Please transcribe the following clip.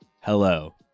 Hello